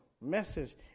message